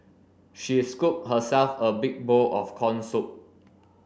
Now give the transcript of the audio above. she scooped herself a big bowl of corn soup